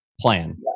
plan